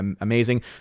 amazing